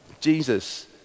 Jesus